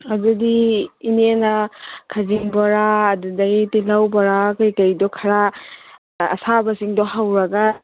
ꯑꯗꯨꯗꯤ ꯏꯅꯦꯅ ꯈꯖꯤꯡ ꯕꯣꯔꯥ ꯑꯗꯨꯗꯒꯤ ꯇꯤꯜꯂꯧ ꯕꯣꯔꯥ ꯀꯩꯀꯩꯗꯣ ꯈꯔ ꯑꯁꯥꯕꯁꯤꯡꯗꯣ ꯍꯧꯔꯒ